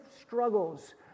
struggles